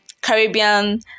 Caribbean